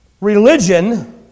Religion